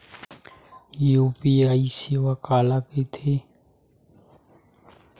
UPI सेवा काला कइथे?